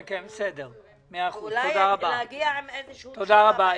תודה רבה.